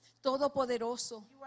Todopoderoso